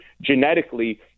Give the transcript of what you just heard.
genetically